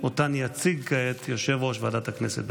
שאותם יציג כעת יושב-ראש ועדת הכנסת.